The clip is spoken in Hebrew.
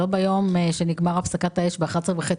שלא ביום שבו נכנסה לתוקפה הפסקת האש ב-23:30,